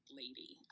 lady